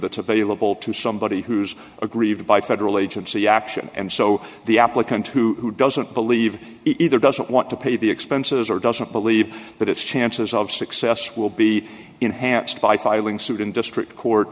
bailable to somebody who's aggrieved by federal agency action and so the applicant who doesn't believe it either doesn't want to pay the expenses or doesn't believe that its chances of success will be enhanced by filing suit in district court